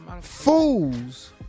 Fools